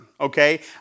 Okay